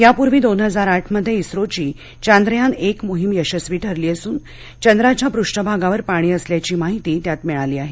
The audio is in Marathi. यापूर्वी दोन हजार आठमध्ये इस्रोची चांद्रयान एक मोहीम यशस्वी ठरली असून चंद्राच्या पृष्ठ भागावर पाणी असल्याची माहिती त्यात मिळाली आहे